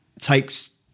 takes